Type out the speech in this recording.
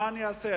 מה אני אעשה?